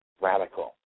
radical